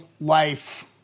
life